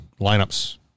lineups